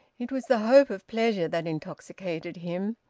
it was the hope of pleasure that intoxicated him,